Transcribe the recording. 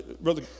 Brother